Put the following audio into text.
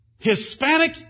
Hispanic